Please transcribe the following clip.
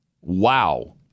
Wow